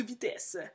Vitesse